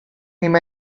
him